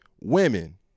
women